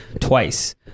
twice